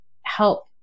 help